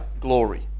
glory